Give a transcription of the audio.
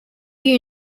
you